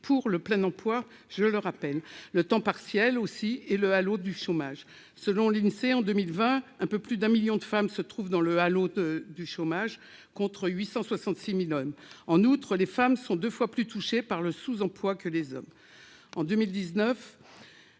le plein emploi -, le temps partiel et le halo du chômage. Selon l'Insee, en 2020, un peu plus d'un million de femmes étaient concernées par le halo du chômage, contre 866 000 hommes. En outre, les femmes sont deux fois plus touchées par le sous-emploi que les hommes. En 2019,